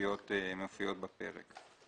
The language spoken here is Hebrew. שמופיעות בפרק.